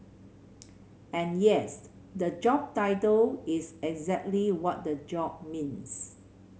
and yes the job title is exactly what the job means